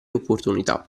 opportunità